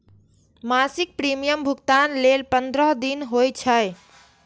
मासिक प्रीमियम भुगतान लेल पंद्रह दिन होइ छै